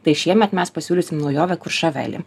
tai šiemet mes pasiūlysim naujovę kuršavelį